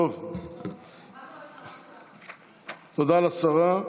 תודה לשרה.